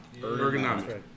Ergonomic